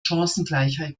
chancengleichheit